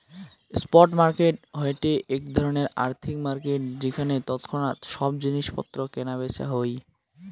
spot market হয়ঠে এক ধরণের আর্থিক মার্কেট যেখানে তৎক্ষণাৎ সব জিনিস পত্র কেনা বেচা হই